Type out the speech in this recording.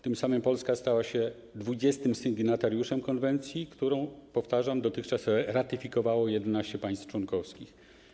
Tym samym Polska stała się 20. sygnatariuszem konwencji, którą, powtarzam, dotychczas ratyfikowało 11 państw członkowskich.